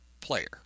player